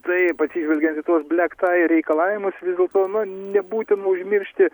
taip atsižvelgiant į tuos blek tai reikalavimus vis dėlto nu nebūtina užmiršti